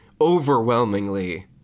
overwhelmingly